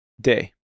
day